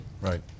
Right